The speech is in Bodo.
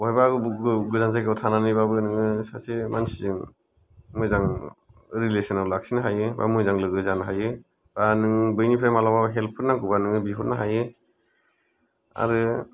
बहायबा गोजान जायगायाव थानानैबाबो नोङो सासे मानसिजों मोजां रिलेशनाव लाखिनो हायो बा मोजां लोगो जानो हायो बा नों बैनिफ्राय मालाबाफोर हेल्प फोर नांगौबा नोङो बिहरनो हायो आरो